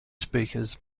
speakers